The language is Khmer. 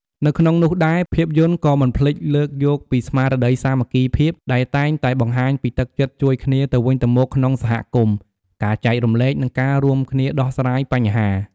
នៅក្នុងនោះដែរ ភាពយន្តក៏មិនភ្លេចលើកយកពីស្មារតីសាមគ្គីភាព ដែលតែងតែបង្ហាញពីទឹកចិត្តជួយគ្នាទៅវិញទៅមកក្នុងសហគមន៍ ការចែករំលែក និងការរួមគ្នាដោះស្រាយបញ្ហា ។